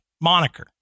moniker